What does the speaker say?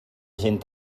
gent